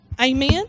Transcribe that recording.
Amen